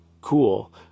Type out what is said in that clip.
cool